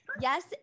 Yes